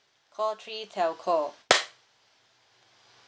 call three telco